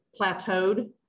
plateaued